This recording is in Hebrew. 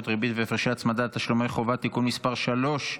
(ריבית והפרשי הצמדה על תשלומי חובה) (תיקון מס' 3),